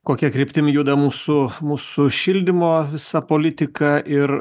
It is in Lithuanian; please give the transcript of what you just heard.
kokia kryptim juda mūsų mūsų šildymo visa politika ir